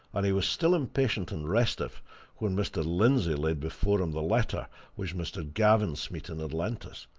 and he was still impatient and restive when mr. lindsey laid before him the letter which mr. gavin smeaton had lent us,